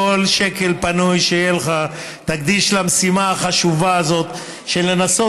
כל שקל פנוי שיש לך תקדיש למשימה החשובה הזאת של לנסות